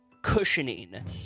cushioning